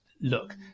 look